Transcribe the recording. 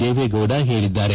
ದೇವೇಗೌಡ ಹೇಳಿದ್ದಾರೆ